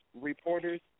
reporters